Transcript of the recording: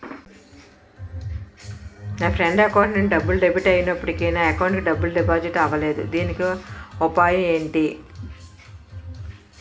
నా friend account నుండి డబ్బు డెబిట్ అయినప్పటికీ నా అకౌంట్ కి డబ్బు డిపాజిట్ అవ్వలేదుదీనికి ఉపాయం ఎంటి?